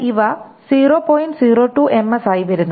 02 ms ആയി വരുന്നു